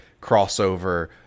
crossover